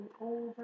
over